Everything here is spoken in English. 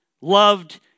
loved